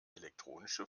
elektronische